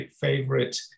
favorite